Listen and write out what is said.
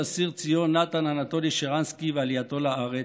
אסיר ציון נתן אנטולי שרנסקי ועלייתו לארץ,